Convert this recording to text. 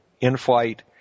in-flight